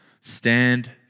stand